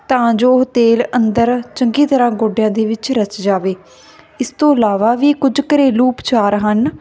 ਤਾਂ ਜੋ ਉਹ ਤੇਲ ਅੰਦਰ ਚੰਗੀ ਤਰ੍ਹਾਂ ਗੋਡਿਆਂ ਦੇ ਵਿੱਚ ਰਚ ਜਾਵੇ ਇਸ ਤੋਂ ਇਲਾਵਾ ਵੀ ਕੁਝ ਘਰੇਲੂ ਉਪਚਾਰ ਹਨ